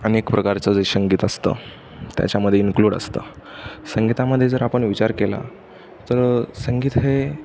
अनेक प्रकारचं जे संगीत असतं त्याच्यामध्ये इन्क्लूड असतं संगीतामध्ये जर आपण विचार केला तर संगीत हे